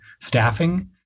staffing